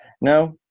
No